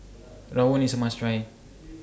Rawon IS A must Try